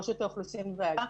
רשות האוכלוסין וההגירה,